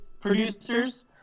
producers